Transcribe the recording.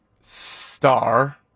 star